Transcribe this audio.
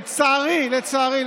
לצערי,